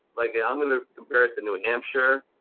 like i'm gonna compare it to new hampshire,